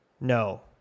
No